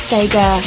Sega